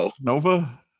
Nova